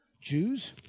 Jews